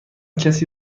کسی